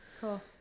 Cool